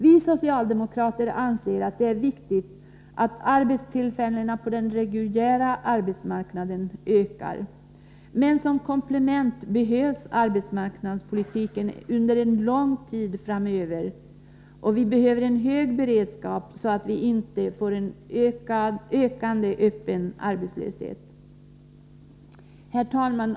Vi socialdemokrater anser att det är viktigt att arbetstillfällena på den reguljära arbetsmarknaden ökar. Men som ett komplement behövs arbetsmarknadspolitiken under en lång tid framöver. Vi behöver en hög beredskap, så att vi inte får en ökad öppen arbetslöshet. Herr talman!